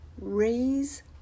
raise